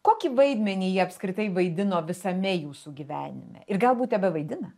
kokį vaidmenį ji apskritai vaidino visame jūsų gyvenime ir galbūt tebevaidina